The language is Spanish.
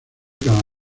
cada